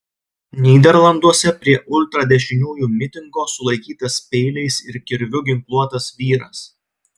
nyderlanduose prie ultradešiniųjų mitingo sulaikytas peiliais ir kirviu ginkluotas vyras